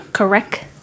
Correct